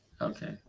Okay